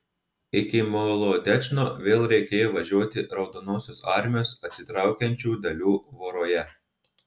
iki molodečno vėl reikėjo važiuoti raudonosios armijos atsitraukiančių dalių voroje